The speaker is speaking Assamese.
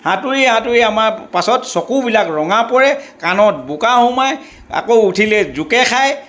সাঁতুৰি সাঁতুৰি আমাৰ পাছত চকুবিলাক ৰঙা পৰে কাণত বোকা সোমায় আকৌ উঠিলে জোকে খায়